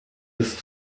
ist